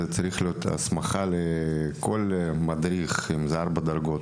צריכה להיות הסמכה לכל מדריך; בין אם זה ארבע דרגות,